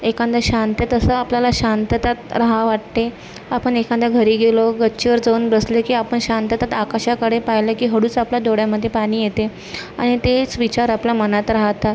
एखाद्या शांते तसं आपल्याला शांततेत राहावं वाटते आपण एखाद्या घरी गेलो गच्चीवर जाऊन बसलं की आपण शांततेत आकाशाकडे पाहिलं की हळूच आपल्या डोळ्यामध्ये पाणी येते आणि तेच विचार आपल्या मनात राहतात